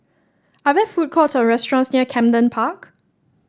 are there food courts or restaurants near Camden Park